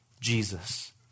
Jesus